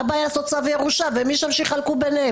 מה הבעיה לעשות צו ירושה ומשם שיחלקו ביניהם?